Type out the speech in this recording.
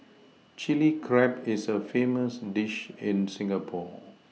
Chilli Crab is a famous dish in Singapore